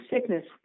sickness